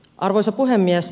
arvoisa puhemies